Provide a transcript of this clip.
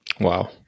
Wow